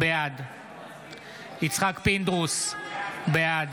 בעד יצחק פינדרוס, בעד